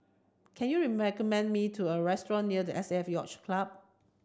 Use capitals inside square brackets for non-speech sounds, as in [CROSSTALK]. can you [UNINTELLIGIBLE] me to a restaurant near the S A F Yacht Club